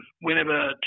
whenever